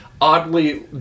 oddly